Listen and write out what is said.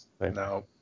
no